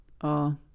Oh